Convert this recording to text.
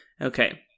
Okay